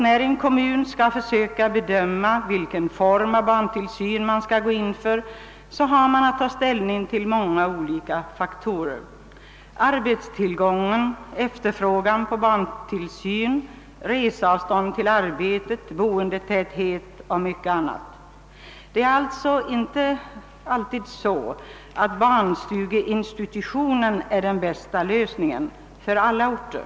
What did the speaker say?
När en kommun skall försöka bedöma vilken form av barntillsyn den skall gå in för, har man att ta ställning till många olika faktorer: arbetstillgång, efterfrågan på barntillsyn, reseavstånd till arbetet, boendetäthet och mycket annat. | Barnstugeinstitutionen är inte alltid den bästa lösningen för alla. orter.